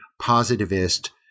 positivist